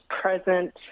present